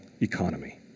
economy